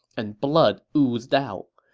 and blood oozed out.